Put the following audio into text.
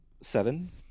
seven